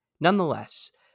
Nonetheless